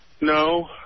No